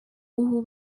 ubu